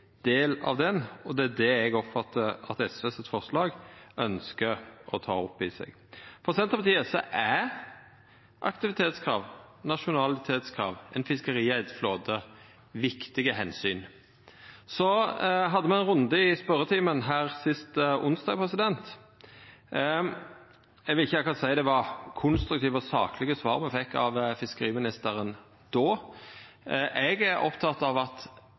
del av han. Det er det eg oppfattar at SVs representantforslag ønskjer å ta opp i seg. For Senterpartiet er aktivitetskrav, nasjonalitetskrav og ein fiskareigd flåte viktige omsyn. Me hadde ein runde i spørjetimen her sist onsdag. Eg vil ikkje akkurat seia det var konstruktive og saklege svar me fekk av fiskeriministeren då. Eg er oppteken av at